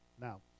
Now